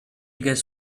gas